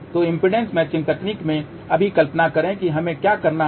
तो impedance matching तकनीक में अभी कल्पना करें कि हमें क्या करना है